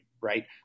right